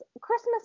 Christmas